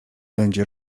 będzie